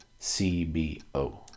CBO